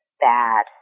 bad